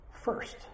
first